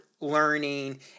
learning